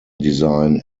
design